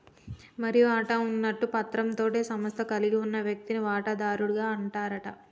మరి వాటా ఉన్నట్టు పత్రం తోటే సంస్థను కలిగి ఉన్న వ్యక్తిని వాటాదారుడు అంటారట